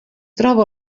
troba